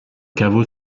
caveau